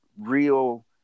real